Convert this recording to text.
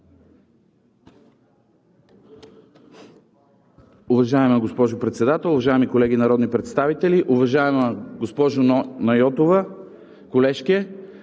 Уважаема госпожо Председател, уважаеми колеги народни представители! Уважаема госпожо Нона Йотова, колежке,